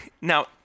now